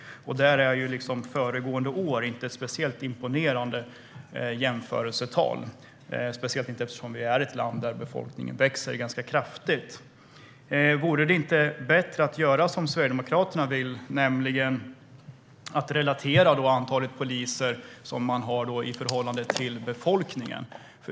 Där är föregående år inte ett speciellt imponerande jämförelsetal, särskilt inte eftersom vi är ett land med en ganska kraftigt växande befolkning. Vore det inte bättre att göra som Sverigedemokraterna vill, nämligen att relatera antalet poliser till befolkningen?